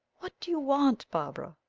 what do you want, barbara?